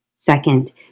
Second